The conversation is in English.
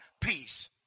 Peace